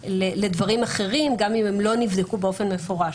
לדברים אחרים גם אם הם לא נבדקו באופן מפורש.